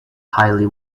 highly